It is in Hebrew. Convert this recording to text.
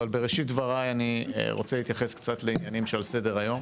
אבל בראשית דבריי אני רוצה להתייחס קצת לעניינים שעל סדר היום